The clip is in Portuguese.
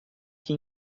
que